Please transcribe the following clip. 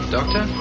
Doctor